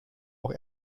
auch